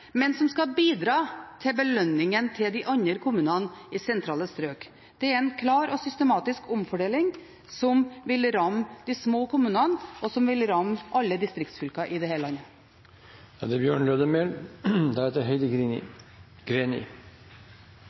men som skal bidra til belønningen til de andre kommunene i sentrale strøk. Det er en klar og systematisk omfordeling, som vil ramme de små kommunene, og som vil ramme alle distriktsfylker i dette landet. Når det gjeld det